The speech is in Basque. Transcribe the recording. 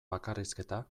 bakarrizketa